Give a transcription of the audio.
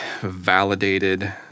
validated